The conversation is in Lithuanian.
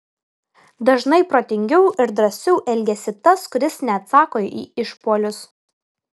dažnai protingiau ir drąsiau elgiasi tas kuris neatsako į išpuolius